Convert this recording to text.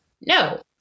No